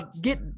get